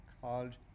called